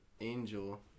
Angel